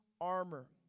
armor